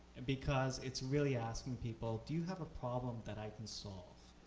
and because it's really asking people, do you have a problem that i can solve?